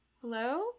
hello